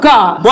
God